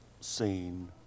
seen